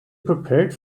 prepared